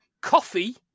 Coffee